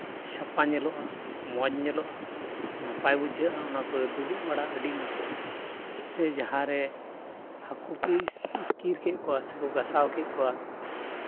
ᱥᱟᱯᱷᱟ ᱧᱮᱞᱚᱜᱼᱟ ᱢᱚᱡᱽ ᱧᱮᱞᱚᱜᱼᱟ ᱱᱟᱯᱟᱭ ᱵᱩᱡᱷᱟᱹᱜᱼᱟ ᱚᱱᱟ ᱠᱚᱨᱮᱜ ᱫᱩᱲᱩᱵ ᱵᱟᱲᱟ ᱟᱹᱰᱤ ᱱᱟᱯᱟᱭ ᱥᱮ ᱡᱟᱦᱟᱸ ᱨᱮ ᱦᱟᱹᱠᱩ ᱠᱚ ᱤᱥᱠᱤᱨ ᱠᱮᱫ ᱠᱚᱣᱟ ᱥᱮ ᱠᱚ ᱜᱟᱥᱟᱣ ᱠᱮᱫ ᱠᱚᱣᱟ